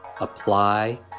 apply